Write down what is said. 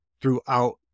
throughout